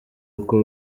uko